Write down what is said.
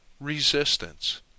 resistance